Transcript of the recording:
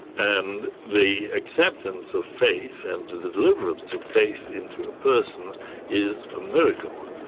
and the acceptance of faith and the deliverance of faith into a person is a miracle,